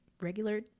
regular